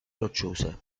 rocciose